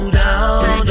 down